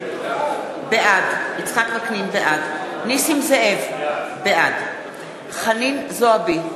בעד נסים זאב, בעד חנין זועבי,